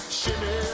shimmy